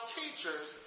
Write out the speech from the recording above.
teachers